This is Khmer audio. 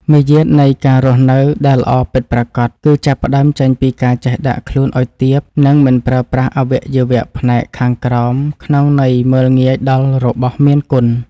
មារយាទនៃការរស់នៅដែលល្អពិតប្រាកដគឺចាប់ផ្តើមចេញពីការចេះដាក់ខ្លួនឱ្យទាប និង មិនប្រើប្រាស់អវយវៈផ្នែកខាងក្រោមក្នុងន័យមើលងាយដល់របស់មានគុណ។